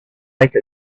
take